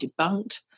debunked